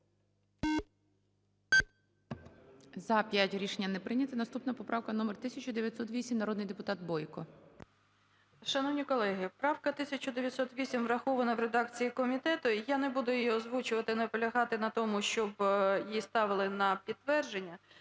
За-5 Рішення не прийнято. Наступна поправка номер 1908. Народний депутат Бойко. 13:37:35 БОЙКО О.П. Шановні колеги, правка 1908 врахована в редакції комітету. І я не буду її озвучувати і наполягати на тому, щоб її ставили на підтвердження.